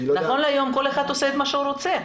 נכון להיום כל אחד עושה את מה שהוא רוצה,